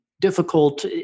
difficult